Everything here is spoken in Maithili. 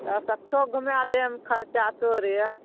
तऽ सबठो घुमाए देब खर्चा तोरे